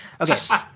Okay